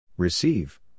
Receive